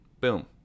boom